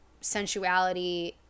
sensuality